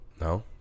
No